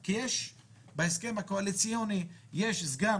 כי בהסכם הקואליציוני יש סגן